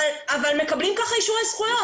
אבל מקבלים ככה אישורי זכויות.